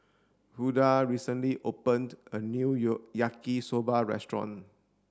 Rhoda recently opened a new Yaki soba restaurant